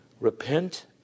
repent